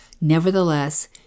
Nevertheless